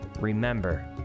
Remember